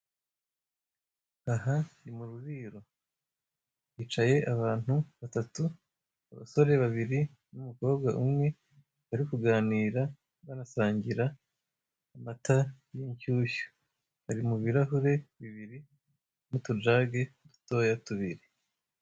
Aha ni mu ruriro hicaye abantu batatu abasore babiri n'umukobwa umwe bari kuganira banasangira amata y'inshyushyu ari mu birahure bibiri n'utujagi dutoya tubiri.